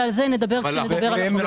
ועל זה נדבר בהמשך.